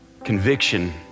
Conviction